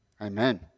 Amen